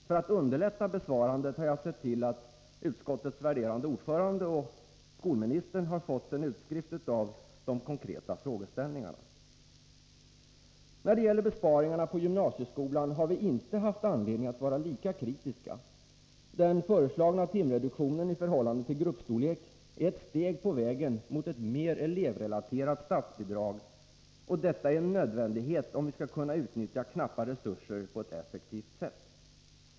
För att underlätta besvarandet av frågorna har jag sett till att utskottets värderade orförande och skolministern har fått en utskrift av de konkreta frågeställningarna. När det gäller besparingarna på gymnasieskolan har vi inte haft anledning att vara lika kritiska. Den föreslagna timreduktionen i förhållande till gruppstorlek är ett steg på vägen mot ett mer elevrelaterat statsbidrag, och detta är en nödvändighet, om vi skall utnyttja knappa resurser på ett effektivt sätt.